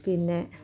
പിന്നെ